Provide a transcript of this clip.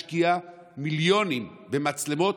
השקיעה מיליונים במצלמות.